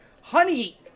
Honey